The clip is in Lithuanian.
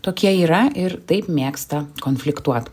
tokie yra ir taip mėgsta konfliktuot